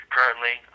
Currently